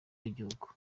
w’igihugu